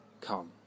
come